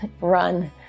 run